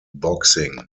boxing